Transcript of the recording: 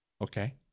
Okay